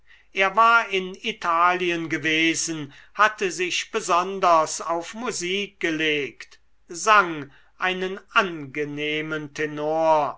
er war in italien gewesen hatte sich besonders auf musik gelegt sang einen angenehmen tenor